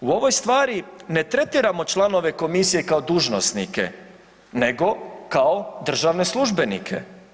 U ovoj stvari ne tretiramo članove komisije kao dužnosnike nego kao državne službenike.